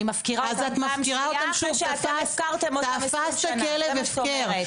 אני מפקירה פעם שנייה אחרי שאתם הפקרתם אותם --- תפסת כלב הפקר,